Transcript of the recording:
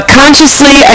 consciously